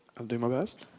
um do my best.